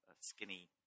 skinny